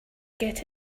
get